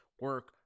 Work